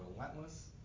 relentless